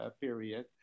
period